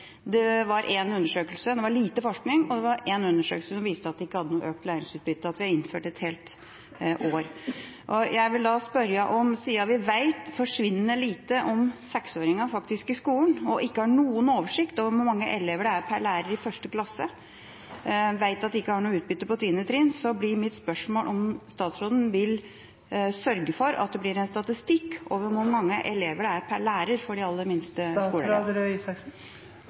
det var en undersøkelse. Det var lite forskning, men det var en undersøkelse som viste at det ikke hadde noe økt læringsutbytte at vi hadde innført et helt år. Siden vi vet forsvinnende lite om 6-åringene i skolen og ikke har noen oversikt over hvor mange elever det er per lærer i 1. klasse, og når vi vet at en ikke har noe utbytte på 10. trinn, blir mitt spørsmål om statsråden vil sørge for at det blir en statistikk over hvor mange elever det er per lærer for de aller minste.